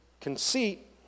Conceit